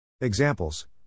Examples